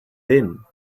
din